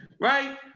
right